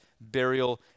burial